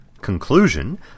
conclusion